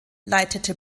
leitete